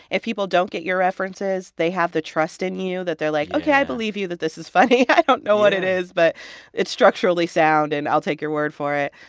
if people don't get your references, they have the trust in you that they're like, ok, i believe you that this is funny. i don't know what it is, but it's structurally sound, and i'll take your word for it.